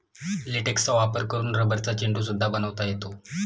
लेटेक्सचा वापर करून रबरचा चेंडू सुद्धा बनवता येतो